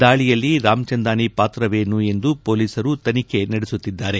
ದಾಳಿಯಲ್ಲಿ ರಾಮ್ ಚಂದಾನಿ ಪಾತ್ರವೇನು ಎಂದು ಪೋಲಿಸರು ತನಿಖೆ ನಡೆಸುತ್ತಿದ್ದಾರೆ